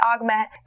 augment